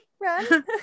run